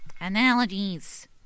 Analogies